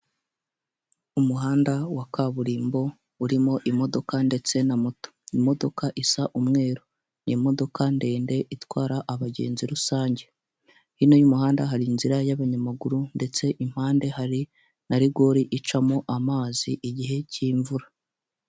Umuhanda wa kaburimbo urimo imodoka ndetse na moto imodoka isa umweru, ni imodoka ndende itwara abagenzi rusange hino y'umuhanda hari inzira y'abanyamaguru ndetse impande hari na rigore icamo amazi igihe cy'imvura.